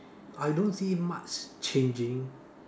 I don't see much changing